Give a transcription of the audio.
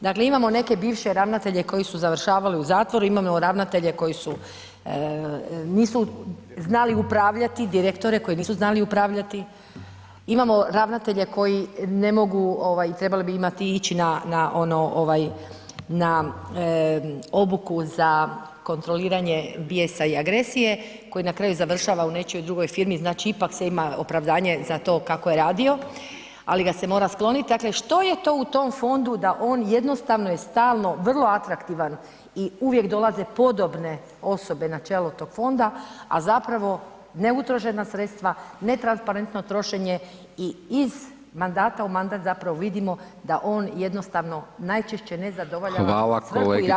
Dakle, imamo neke bivše ravnatelje koji su završavali u zatvoru, imamo ravnatelje koji su, nisu znali upravljati, direktore koji nisu znali upravljati, imamo ravnatelje koji ne mogu, ovaj trebali bi imati, ići na, na, ono, ovaj, na obuku za kontroliranje bijesa i agresije koji na kraju završava u nečijoj drugoj firmi, znači ipak se ima opravdanje za to kako je radio, ali ga se mora sklonit, dakle, što je to u tom fondu da on jednostavno je stalno vrlo atraktivan i uvijek dolaze podobne osobe na čelo tog fonda, a zapravo neutrošena sredstva, netransparentno trošenje i iz mandata u mandat zapravo vidimo da on jednostavno najčešće ne zadovoljava [[Upadica: Hvala kolegice]] svrhu i razlog zašto je uopće osnovan.